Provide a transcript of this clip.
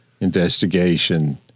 investigation